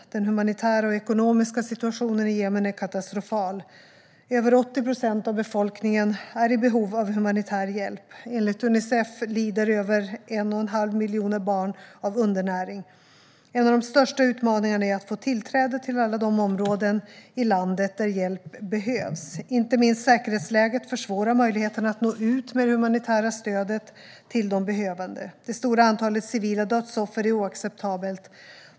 Den humanitära och ekonomiska situationen i Jemen är katastrofal. Över 80 procent av befolkningen är i behov av humanitär hjälp. Enligt Unicef lider över 1,5 miljoner barn av undernäring. En av de största utmaningarna är att få tillträde till alla de områden i landet där hjälp behövs. Inte minst säkerhetsläget försvårar möjligheterna att nå ut med det humanitära stödet till de behövande. Det stora antalet civila dödsoffer är oacceptabelt.